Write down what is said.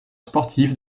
sportif